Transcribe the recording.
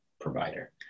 provider